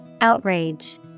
Outrage